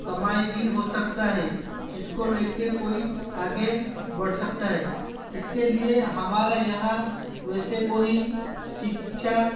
कमाई भी हो सकता है जिसको लेके कोई आगे बढ़ सकता है इसके लिए हमारा यहाँ वैसे कोई शिक्षा